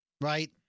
right